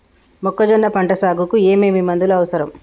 మొక్కజొన్న పంట సాగుకు ఏమేమి మందులు అవసరం?